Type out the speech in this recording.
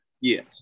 Yes